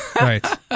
Right